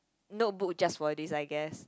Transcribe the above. notebook just for this I guess